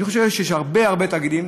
אני חושב שיש הרבה הרבה תאגידים,